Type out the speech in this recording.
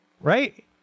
right